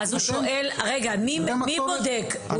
מי בודק?